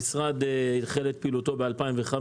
המשרד התחיל את פעילותו ב-2005.